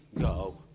go